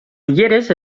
ulleres